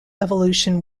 evolution